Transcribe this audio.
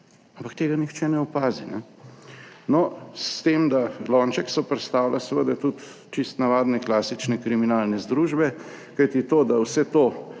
ampak tega nihče ne opazi, kajne. No, s tem, da lonček so pristavila seveda tudi čisto navadne klasične kriminalne združbe, kajti to, da vse to,